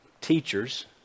teachers